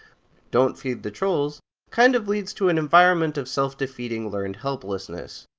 don't feed the trolls kind of leads to an environment of self-defeating learned helplessness.